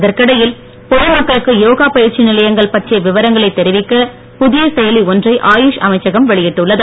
இதற்கிடையில் பொது மக்களுக்கு யோகா பயிற்சி நிலையங்கள் பற்றிய விவரங்களை தெரிவிக்க புதிய செயலி ஒன்றை ஆயூஷ் அமைச்சகம் வெளியிட்டுள்ளது